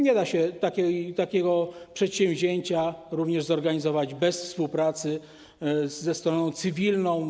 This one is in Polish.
Nie da się takiego przedsięwzięcia również zorganizować bez współpracy ze stroną cywilną.